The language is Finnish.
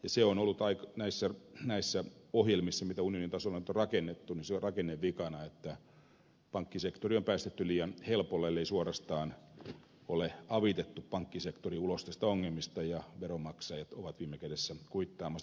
se on ollut näissä ohjelmissa joita unionin tasolla on nyt rakennettu rakennevikana että pankkisektori on päästetty liian helpolla ellei suorastaan ole avitettu pankkisektori ulos näistä ongelmista ja veronmaksajat ovat viime kädessä kuittaamassa